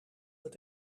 het